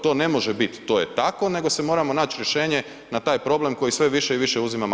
To ne može biti to je tako nego se mora naći rješenje na taj problem koji sve više i više uzima maha.